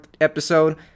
episode